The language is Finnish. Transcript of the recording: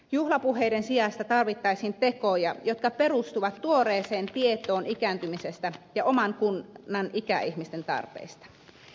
juhlapuheiden sijasta tarvittaisiin tekoja jotka perustuvat tuoreeseen tietoon ikääntymisestä ja oman kunnan ikäihmisten tarpeista